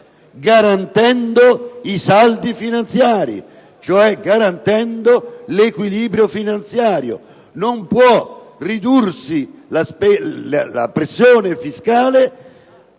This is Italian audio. garantendo i saldi finanziari, cioè garantendo l'equilibrio finanziario; non può ridursi la pressione fiscale